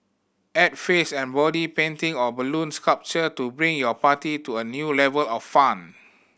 add face and body painting or balloon sculpture to bring your party to a new level of fun